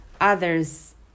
Others